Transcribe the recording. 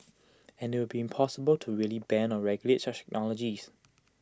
and IT would be impossible to really ban or regulate such technologies